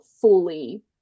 fully